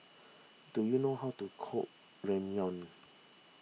do you know how to cook Ramyeon